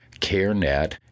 CareNet